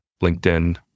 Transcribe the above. LinkedIn